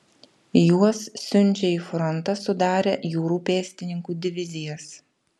juos siunčia į frontą sudarę jūrų pėstininkų divizijas